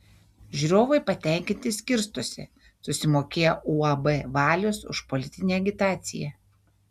žiūrovai patenkinti skirstosi susimokėję uab valius už politinę agitaciją